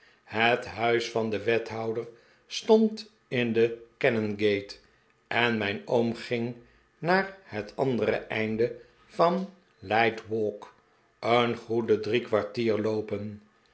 het huis van den wethouder stond in the canongate en mijn oom ging naar het andere einde van leith walk een goede drie kwartier loopen